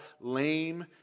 lame